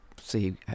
see